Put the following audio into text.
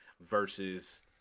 versus